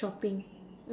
shopping